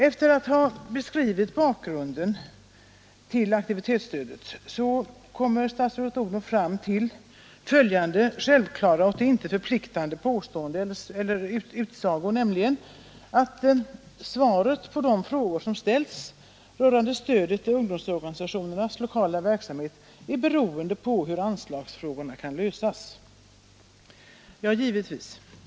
Efter att ha beskrivit bakgrunden till aktivitetsstödet kom statsrådet Odhnoff fram till följande självklara och till intet förpliktande utsago, att svaren på alla de frågor som ställts rörande stödet till ungdomsorganisationernas lokala verksamhet är beroende av hur anslagsfrågorna kan lösas. Ja, givetvis.